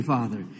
Father